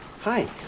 Hi